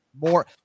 more